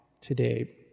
today